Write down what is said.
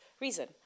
reason